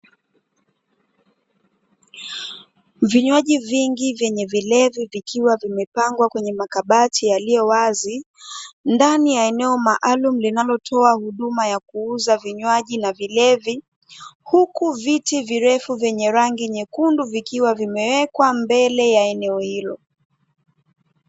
Vinywaji vingi nyenye vilevi vikiwa vimepangwa kwenye makabati yaliyowazi ndani ya eneo maalumu linalotoa huduma ya kuuza vinywaji na vilevi, huku viti virefu vyenye rangi nyekundu vikiwa vimewekwa mbele ya eneo hilo.